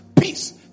peace